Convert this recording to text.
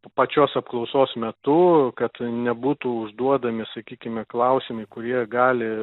pačios apklausos metu kad nebūtų užduodami sakykime klausimai kurie gali